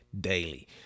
daily